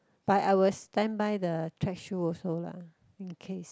but I will standby the track shoe also lah in case